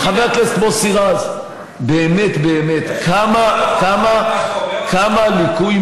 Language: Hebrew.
חבר הכנסת מוסי רז, באמת באמת, כמה, יש לך,